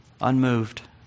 unmoved